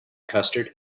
custard